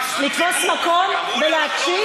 לתפוס מקום ולהקשיב?